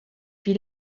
wie